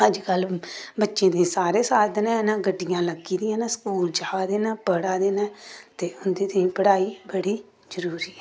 अजकल्ल बच्चें ताईं सारे साधन हैन गड्डियां लग्गी दियां न स्कूल जा दे न पढ़ा दे न ते उं'दे ताईं पढ़ाई बड़ी जरूरी ऐ